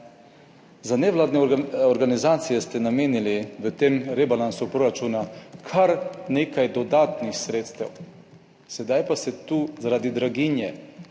Za nevladne organizacije ste namenili v tem rebalansu proračuna kar nekaj dodatnih sredstev. Sedaj pa se tu zaradi draginje,